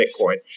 Bitcoin